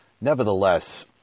Nevertheless